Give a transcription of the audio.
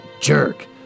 jerk